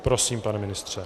Prosím, pane ministře.